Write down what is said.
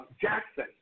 Jackson